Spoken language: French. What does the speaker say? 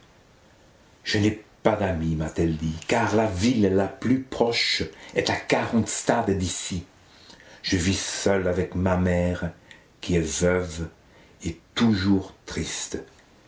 je n'ai pas d'amie m'a-t-elle dit car la ville la plus proche est à quarante stades d'ici je vis seule avec ma mère qui est veuve et toujours triste